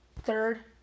Third